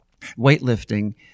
weightlifting